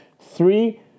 three